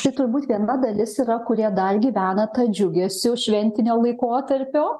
čiai turbūt viena dalis yra kurie dar gyvena ta džiugesiu šventinio laikotarpio